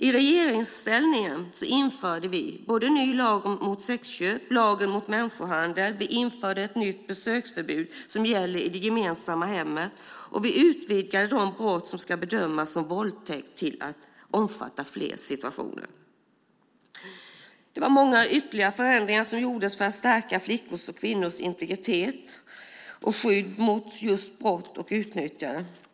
I regeringsställning införde vi både en ny lag mot sexköp och lagen mot människohandel. Vi införde ett nytt besöksförbud som gäller i det gemensamma hemmet, och vi utvidgade de brott som ska bedömas som våldtäkt till att omfatta fler situationer. Många ytterligare förändringar gjordes för att stärka flickors och kvinnors integritet och skydd mot brott och utnyttjande.